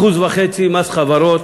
1.5% מס חברות.